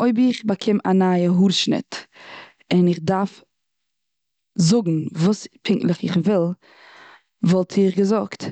אויב איך באקום א נייע האר שניט, און איך דארף זאגן וואס פונקטליך איך וויל. וואלט איך געזאגט.